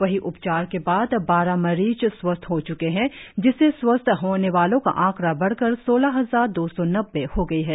वहीं उपचार के बाद बारह मरीज स्वस्थ हो च्के है जिससे स्वस्थ होने वालों का आकड़ा बढ़कर सोलह हजार दो सौ नब्बे हो गई है